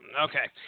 Okay